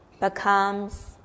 becomes